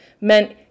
meant